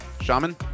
shaman